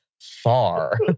far